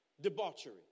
Debauchery